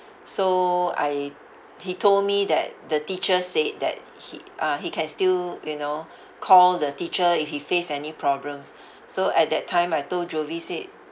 so I he told me that the teacher said that he uh he can still you know call the teacher if he faced any problems so at that time I told jovie said